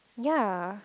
ya